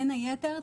בין היתר,